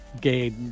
gay